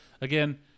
again